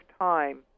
time